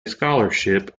scholarship